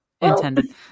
intended